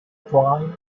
prime